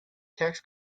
tax